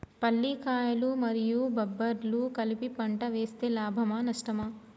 పల్లికాయలు మరియు బబ్బర్లు కలిపి పంట వేస్తే లాభమా? నష్టమా?